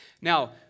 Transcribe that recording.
Now